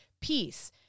peace